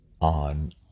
on